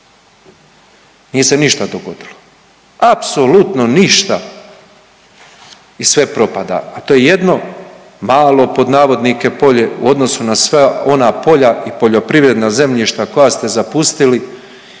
nije se ništa dogodilo. Apsolutno ništa i sve propada, a to je jedno malo pod navodnike polje u odnosu na sva ona polja i poljoprivredna zemljišta koja ste zapustili